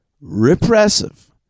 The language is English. repressive